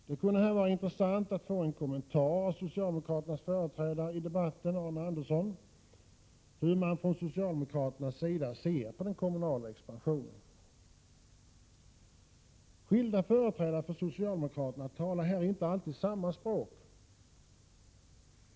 Det kunde här vara intressant att få en kommentar av socialdemokraternas företrädare i debatten, Arne Andersson i Gamleby, till hur man från socialdemokraternas sida ser på den kommunala expansionen. Skilda företrädare för socialdemokraterna talar här inte alltid samma språk.